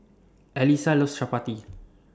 Alyssia loves Chappati